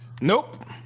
nope